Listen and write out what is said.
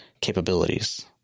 capabilities